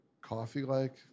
Coffee-like